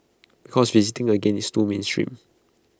because visiting again is too mainstream